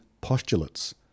postulates